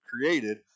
created